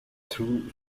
through